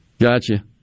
Gotcha